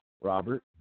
Robert